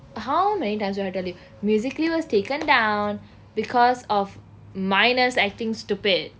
how many times do I tell you musically was taken down because of minors acting stupid